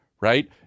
right